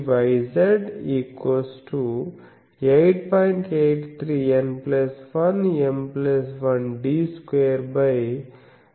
83N1M1d2λ02 వస్తుంది